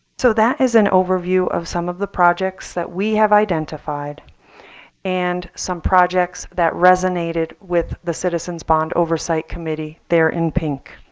so that is an overview of some of the projects that we have identified and some projects that resonated with the citizens bond oversight committee there in pink.